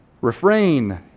refrain